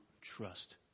trust